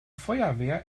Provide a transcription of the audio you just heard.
feuerwehr